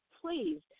please